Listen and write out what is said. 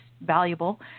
valuable